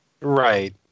Right